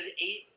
eight